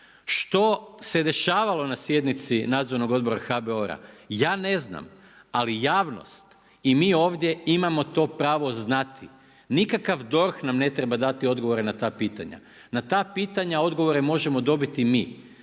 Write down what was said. Što se dešavalo na sjednici Nadzornog odbora HBOR-a, ja ne znam. Ali javnost i mi ovdje imamo to pravo znati, nikakav DORH nam ne treba dati odgovore na ta pitanja. Na ta pitanja odgovore možemo dobiti mi.